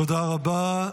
תודה רבה.